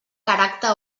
caràcter